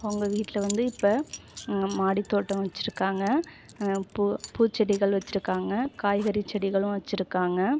உங்கள் வீட்டில் வந்து இப்போ மாடி தோட்டம் வச்சுருக்காங்க பூ பூச்செடிகள் வச்சுருக்காங்க காய்கறி செடிகளும் வச்சுருக்காங்க